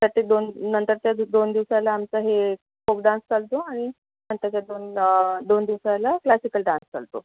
प्रत्येक दोननंतरच्या दोन दिवसाला आमचं हे फोक डान्स चालतो आणि नंतरच्या दोन दोन दिवसाला क्लासिकल डान्स चालतो